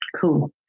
Cool